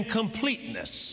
completeness